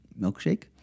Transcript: milkshake